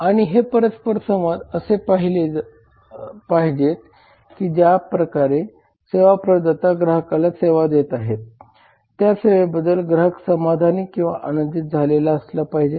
आणि हे परस्परसंवाद असे असले पाहिजेत की ज्याप्रकारे सेवा प्रदाता ग्राहकाला सेवा देत आहे त्या सेवेबद्दल ग्राहक समाधानी किंवा आनंदित झालेला असला पाहिजे